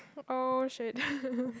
oh shit